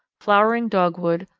flowering dogwood,